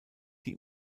die